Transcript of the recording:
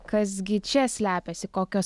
kas gi čia slepiasi kokios